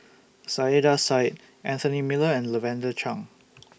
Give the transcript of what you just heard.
Saiedah Said Anthony Miller and Lavender Chang